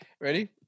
Ready